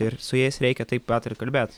ir su jais reikia taip pat ir kalbėt